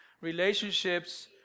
relationships